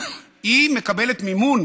מקבלת מימון